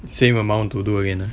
same amount to do again